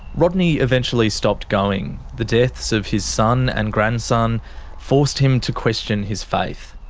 rodney eventually stopped going. the deaths of his son and grandson forced him to question his faith.